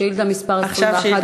שאילתה מס' 21, בבקשה.